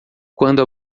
quando